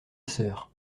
sœur